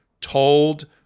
told